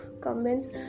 comments